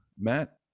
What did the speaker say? matt